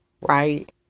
right